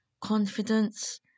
confidence